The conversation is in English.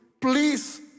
please